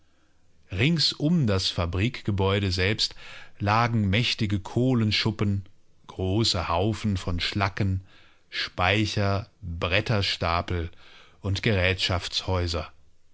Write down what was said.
rings um das fabrikgebäude selbst lagen mächtige kohlenschuppen große haufen von schlacken speicher bretterstapel und